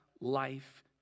life